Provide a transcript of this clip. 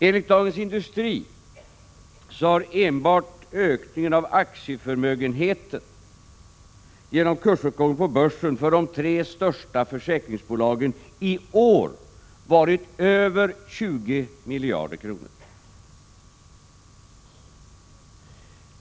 Enligt Dagens Industri har enbart ökningen av aktieförmögenheten hos de tre största försäkringsbolagen genom kursuppgång på börsen i år varit över 20 miljarder kronor.